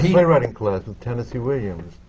playwriting class with tennessee williams.